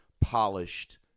polished